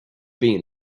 been